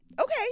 Okay